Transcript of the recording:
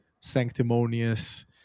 sanctimonious